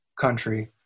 country